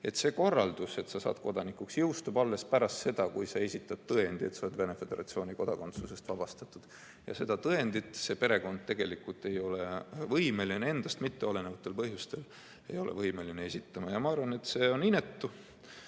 et see korraldus, et sa saad kodanikuks, jõustub alles pärast seda, kui sa esitad tõendi, et sa oled Venemaa Föderatsiooni kodakondsusest vabastatud. Seda tõendit see perekond ei ole võimeline endast mitteolenevatel põhjustel võimeline esitama. Ma arvan, et see kõik on inetu.